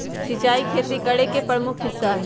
सिंचाई खेती करे के प्रमुख हिस्सा हई